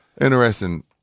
Interesting